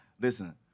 listen